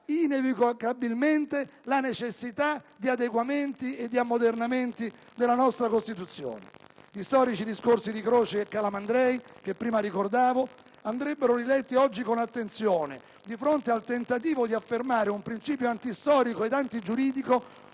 inequivocabilmente la necessità di adeguamenti e ammodernamenti della nostra Costituzione. Gli storici discorsi di Croce e Calamandrei, che prima ricordavo, andrebbero riletti oggi con attenzione, di fronte al tentativo di affermare il principio antistorico e antigiuridico